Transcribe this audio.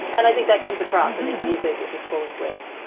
and i think that comes across in his music, which is full of wit.